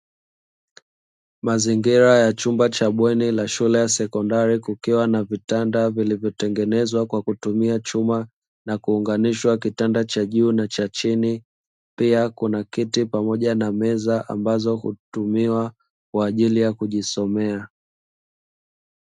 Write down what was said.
Mazingira ya chumba cha bweni la shule ya sekondari kukiwa na vitanda vilivyotengenezwa kwa kutumia chuma, na kuunganisha kitanda cha juu na cha chini pia kuna kiti pamoja na meza ambazo hutumiwa kwa ajili ya kujisomea.